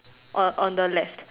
err on the left